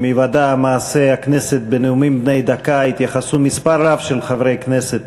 היוודע המעשה התייחסו מספר רב של חברי כנסת